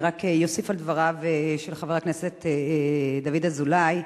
אני רק אוסיף על דבריו של חבר הכנסת דוד אזולאי.